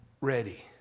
ready